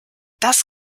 das